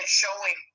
showing